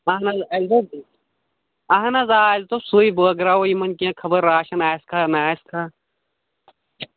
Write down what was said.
اَہن حظ اَسہِ دوٚپ اَہن حظ آ اَسہِ دوٚپ سُے بٲگراوو یِمن کیٚنٛہہ خبر راشن آسہِ کھا نہَ آسہِ کھا